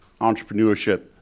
Entrepreneurship